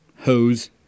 hose